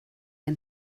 ihn